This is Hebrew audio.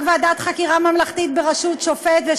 רק ועדת חקירה ממלכתית בראשות שופט תזכה לאמון הציבור.